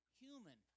human